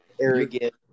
arrogant